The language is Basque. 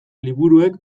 liburuek